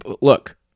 look